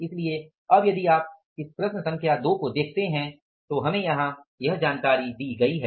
इसलिए अब यदि आप इस प्रश्न संख्या 2 को देखते हैं तो हमें यहाँ यह जानकारी दी गई है